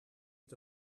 het